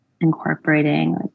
incorporating